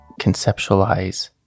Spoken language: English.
conceptualize